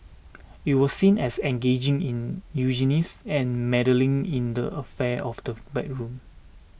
it was seen as engaging in eugenics and meddling in the affairs of the bedroom